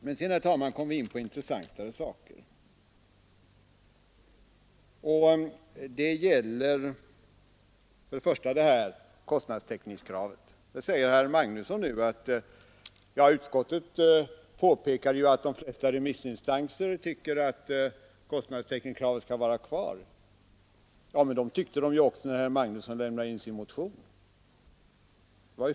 Sedan kommer vi, herr talman, in på intressantare saker. Det gäller kostnadstäckningskravet. Herr Magnusson i Kristinehamn påpekar att de flesta remissinstanser vill ha detta krav. Ja, men det tyckte de också vid den tidpunkt då herr Magnusson lämnade in sin motion.